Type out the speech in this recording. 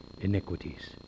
iniquities